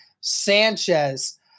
Sanchez